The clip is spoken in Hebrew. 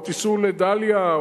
או תיסעו לדאליה,